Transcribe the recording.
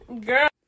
Girl